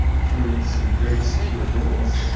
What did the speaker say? through some very secure doors,